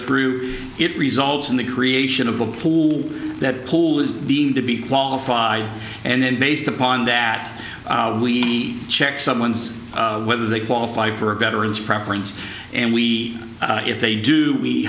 through it results in the creation of a pool that pool is deemed to be qualified and then based upon that we check someone's whether they qualify for veterans preference and we if they do we